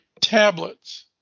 tablets